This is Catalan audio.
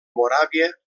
moràvia